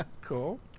Cool